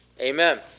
Amen